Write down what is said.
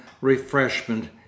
refreshment